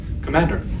Commander